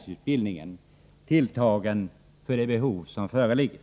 säkerligen tilltagen för det behov som föreligger.